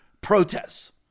protests